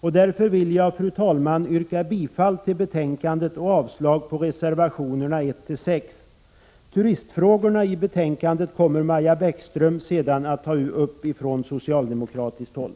Jag vill därför, fru talman, yrka bifall till betänkandet och avslag på reservationerna 1-6. Turistfrågorna kommer Maja Bäckström att ta upp från socialdemokratiskt håll.